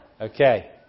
Okay